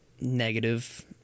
negative